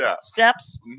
steps